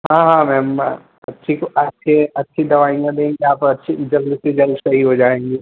हाँ हाँ मैम ठीक है तो आपके अच्छी दवाइयाँ देंगे आप अच्छी जल्द से जल्द सही हो जाएंगी